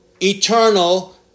eternal